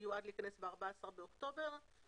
מיועד להיכנס ב-14 באוקטובר,